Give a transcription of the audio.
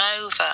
over